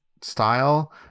style